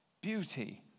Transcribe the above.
beauty